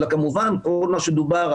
אלא גם כל מה שדובר,